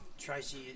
Tracy